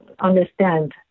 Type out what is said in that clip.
understand